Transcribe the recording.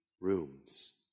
rooms